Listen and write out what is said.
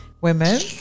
Women